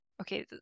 okay